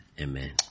Amen